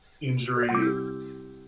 injury